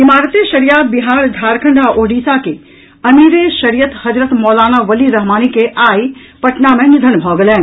इमारत ए शरिया बिहार झारंखड आ ओडिशा के अमीर ए शरियत हजरत मौलाना वली रहमानी के आई पटना मे निधन भऽ गेलनि